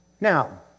Now